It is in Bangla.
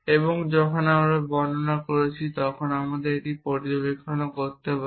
এবং যখন আমরা এটি বর্ণনা করছি তখন আমরা একটি পর্যবেক্ষণও করতে পারি